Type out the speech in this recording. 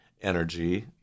energy